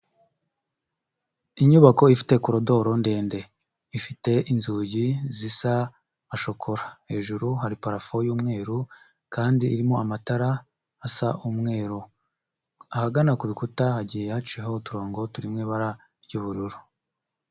Inyubako ifite korodoro ndende ifite inzugi zisa nka shokora, hejuru hari parafo y'umweru kandi irimo amatara asa umweru. Ahagana ku bikuta hagiye haciweho uturongo turimo ibara ry'ubururu.